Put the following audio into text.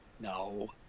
no